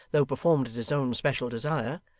though performed at his own special desire,